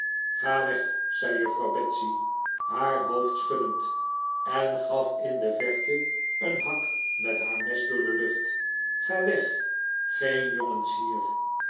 ga weg zei juffrouw betsey haar hoofd schuddend en gaf in de verte een hak met haar mes door de lucht ga weg geen jongens hier